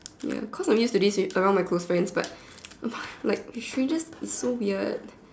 ya cause I'm used to this around my close friends but among like with strangers it's so weird